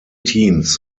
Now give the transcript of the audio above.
teams